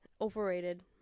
overrated